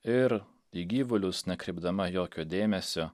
ir į gyvulius nekreipdama jokio dėmesio